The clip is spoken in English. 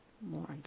more